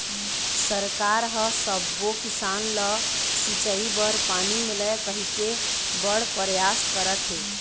सरकार ह सब्बो किसान ल सिंचई बर पानी मिलय कहिके बड़ परयास करत हे